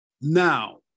now